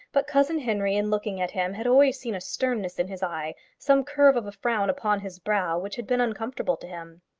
but cousin henry, in looking at him, had always seen a sternness in his eye, some curve of a frown upon his brow, which had been uncomfortable to him.